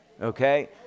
okay